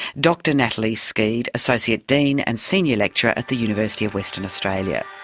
dr natalie skead, associate dean and senior lecturer at the university of western australia.